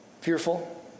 Fearful